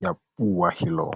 ya ua hilo.